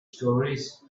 stories